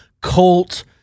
Colt